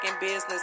business